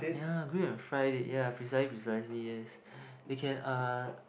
ya grill and fried it yeah precisely precisely yes they can uh